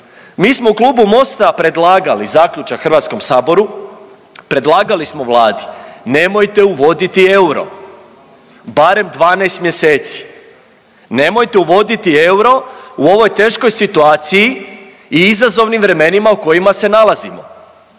Mi smo u klubu Mosta predlagali zaključak HS-u predlagali smo Vladi, nemojte uvoditi euro barem 12 mjeseci, nemojte uvoditi euro u ovoj teškoj situaciji i izazovnim vremenima u kojima se nalazimo.